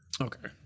Okay